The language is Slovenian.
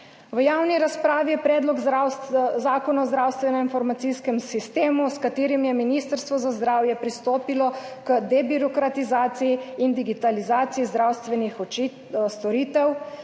V javni razpravi je Predlog zakona o zdravstvenem informacijskem sistemu, s katerim je Ministrstvo za zdravje pristopilo k debirokratizaciji in digitalizaciji zdravstvenih storitev,